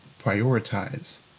prioritize